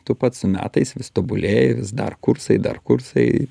tu pats su metais vis tobulėji vis dar kursai dar kursai